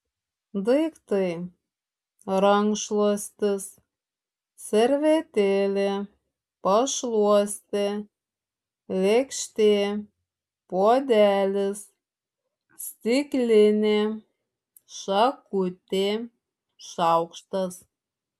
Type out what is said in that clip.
daiktai rankšluostis servetėlė pašluostė lėkštė puodelis stiklinė šakutė šaukštas